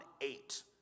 eight